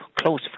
close